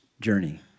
journey